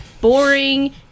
boring